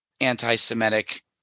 anti-Semitic